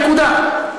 נקודה.